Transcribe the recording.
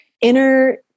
inner